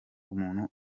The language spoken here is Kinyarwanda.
umuntu